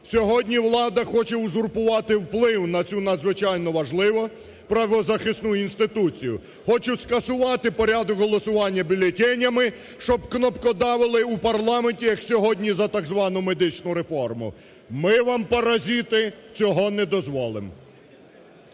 Сьогодні влада хоче узурпувати вплив на цю надзвичайно важливу правозахисну інституцію, хочуть скасувати порядок голосування бюлетенями, щоб кнопкодавили у парламенті, як сьогодні, за так звану медичну реформу. Ми вам, паразити, цього не дозволимо!